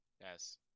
Yes